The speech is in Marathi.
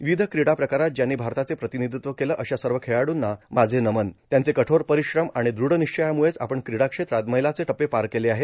विविध क्रीडा प्रकारात ज्यांनी भारताचे प्रतिनिधित्व केलं अशा सर्व खेळाडूंना माझे नमन त्यांचे कठोर परिश्रम आणि द्रढनिश्चयामुळेच आपण क्रीडा क्षेत्रात मैलाचे टप्पे पार केले आहेत